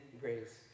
grace